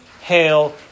Hail